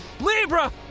Libra